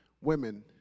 women